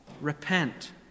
Repent